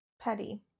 petty